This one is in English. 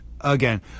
again